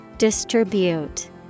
Distribute